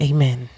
Amen